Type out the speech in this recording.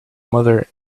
mother